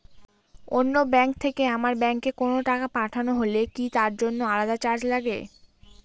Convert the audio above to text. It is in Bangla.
অন্য ব্যাংক থেকে আমার ব্যাংকে কোনো টাকা পাঠানো হলে কি তার জন্য আলাদা চার্জ লাগে?